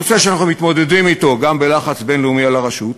נושא שאנחנו מתמודדים אתו גם בלחץ בין-לאומי על הרשות,